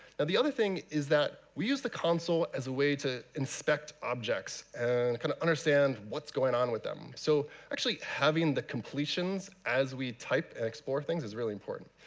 and the other thing is that we use the console as a way to inspect objects, and kind of understand what's going on with them. so actually having the completions as we type and explore things is really important.